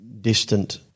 distant